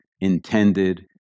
intended